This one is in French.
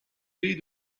pays